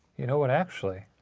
you know what? actually,